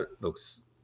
looks